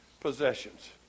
possessions